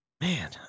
man